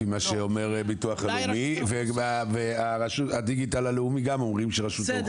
לפי מה שאומר הביטוח הלאומי והדיגיטל הלאומי גם אומרים שרשות האוכלוסין.